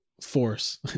force